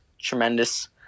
tremendous